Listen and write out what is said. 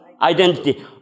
identity